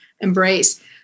embrace